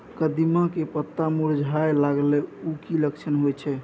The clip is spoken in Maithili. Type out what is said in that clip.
कदिम्मा के पत्ता मुरझाय लागल उ कि लक्षण होय छै?